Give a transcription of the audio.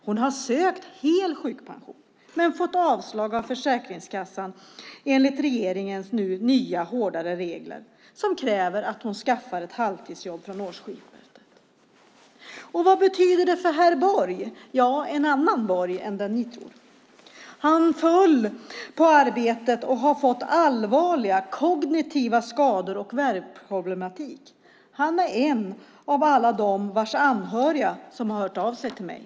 Hon har sökt hel sjukpension men fått avslag av Försäkringskassan enligt regeringens nya hårdare regler som kräver att hon skaffar ett halvtidsjobb från årsskiftet. Vad betyder det för herr Borg? Det är en annan Borg än den ni tror. Han föll på arbetet och har fått allvarliga kognitiva skador och värkproblematik. Han är en av alla dem vars anhöriga har hört av sig till mig.